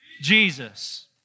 Jesus